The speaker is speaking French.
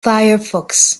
firefox